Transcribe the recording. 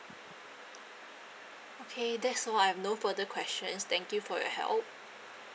okay that's all I've no further questions thank you for your help